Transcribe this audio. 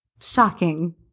Shocking